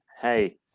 Hey